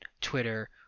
Twitter